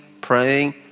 praying